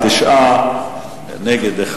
תשעה בעד, אחד נגד.